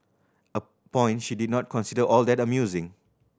a point she did not consider all that amusing